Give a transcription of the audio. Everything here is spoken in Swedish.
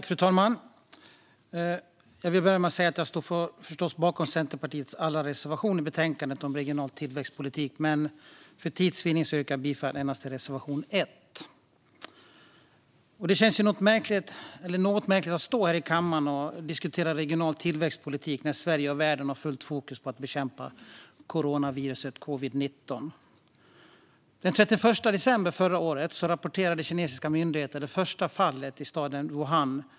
Fru talman! Jag vill börja med att säga att jag förstås står bakom Centerpartiets alla reservationer i betänkandet om regional tillväxtpolitik, men för tids vinnande yrkar jag bifall endast till reservation 1. Det känns något märkligt att stå här i kammaren och diskutera regional tillväxtpolitik när Sverige och världen har fullt fokus på att bekämpa coronaviruset och covid-19. Den 31 december förra året rapporterade kinesiska myndigheter om det första bekräftade fallet i staden Wuhan.